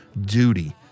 duty